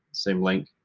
same link.